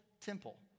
temple